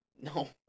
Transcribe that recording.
No